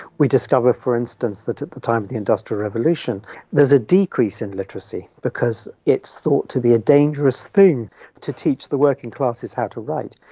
we discover, for instance, that at the time of the industrial revolution there's a decrease decrease in literacy because it's thought to be a dangerous thing to teach the working classes how to write.